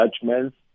judgments